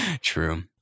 True